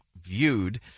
viewed